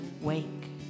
wake